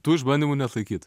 tų išbandymų neatlaikyt